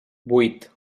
vuit